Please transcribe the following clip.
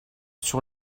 sur